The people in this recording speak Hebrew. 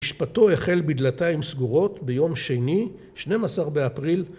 משפטו החל בדלתיים סגורות ביום שני, 12 באפריל